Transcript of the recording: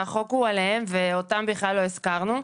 החוק הוא עליהם ואותם בכלל לא הזכירו.